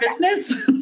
business